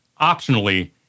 optionally